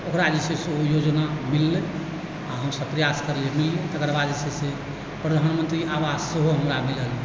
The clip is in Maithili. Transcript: ओकरा जे छै से ओ योजना मिललै आओर हमसब प्रयास करबै मिललै तकर बाद जे छै से प्रधानमन्त्री आवास सेहो हमरा मिलल यऽ